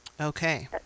Okay